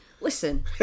Listen